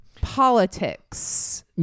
politics